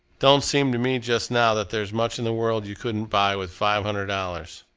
don't seem to me just now that there's much in the world you couldn't buy with five hundred dollars.